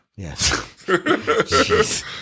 Yes